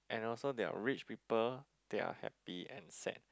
and also there are rich people that are happy and sad